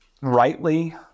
rightly